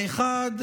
האחד,